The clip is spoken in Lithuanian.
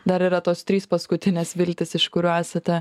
dar yra tos trys paskutinės viltys iš kurių esate